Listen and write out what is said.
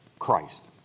Christ